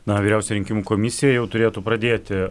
na vyriausia rinkimų komisija jau turėtų pradėti